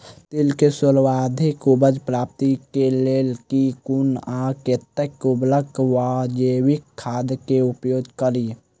तिल केँ सर्वाधिक उपज प्राप्ति केँ लेल केँ कुन आ कतेक उर्वरक वा जैविक खाद केँ उपयोग करि?